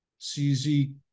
CZ